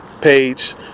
Page